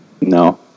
No